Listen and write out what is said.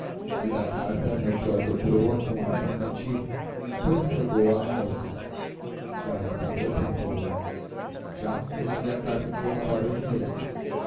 a carta melchior dobrou a com ar pensativo depois entregou-a à moça já respondeu perguntou ele já trouxe-lhe a carta que vou mandar hoje mesmo